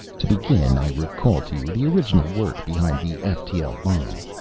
to begin, i recall to you the original work behind the ftl bomb.